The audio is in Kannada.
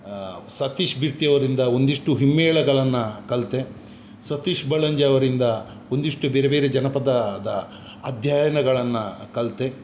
ಸತೀಶ್ ಬಿರ್ತಿ ಅವರಿಂದ ಒಂದಿಷ್ಟು ಹಿಮ್ಮೇಳಗಳನ್ನ ಕಲಿತೆ ಸತೀಶ್ ಬಳ್ಳಂಜೆ ಅವರಿಂದ ಒಂದಿಷ್ಟು ಬೇರೆ ಬೇರೆ ಜನಪದದ ಅಧ್ಯಯನಗಳನ್ನು ಕಲಿತೆ